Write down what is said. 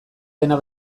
dena